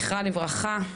זכרה לברכה,